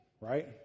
right